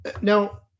Now